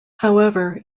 however